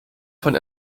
von